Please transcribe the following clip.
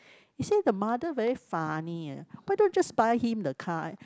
he say the mother very funny eh why don't just buy him the car